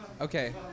Okay